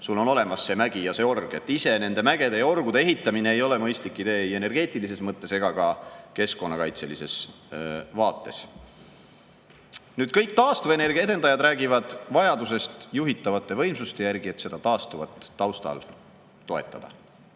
kui on olemas see mägi ja see org. Ise nende mägede ja orgude ehitamine ei ole mõistlik idee ei energeetilises mõttes ega ka keskkonnakaitselises vaates. Kõik taastuvenergia edendajad räägivad vajadusest juhitavate võimsuste järele, et seda taastuvat taustal toetada.